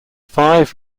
five